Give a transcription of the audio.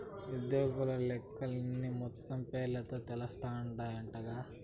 ఉజ్జోగుల లెక్కలన్నీ మొత్తం పేరోల్ల తెలస్తాందంటగా